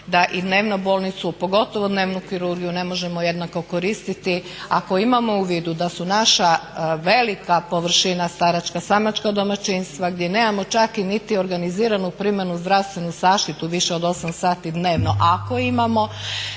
da i dnevnu bolnicu, pogotovo dnevnu kirurgiju ne možemo jednako koristiti ako imamo u vidu da su naša velika površina staračka samačka domaćinstva gdje nemamo čak niti organiziranu primarnu zdravstvenu zaštitu više od 8 sati dnevno, ako imamo